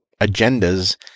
agendas